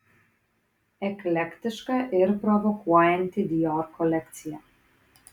eklektiška ir provokuojanti dior kolekcija